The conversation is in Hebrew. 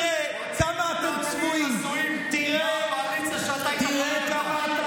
רוצים למנוע מינויים הזויים כמו של הקואליציה שאתה היית חבר בה.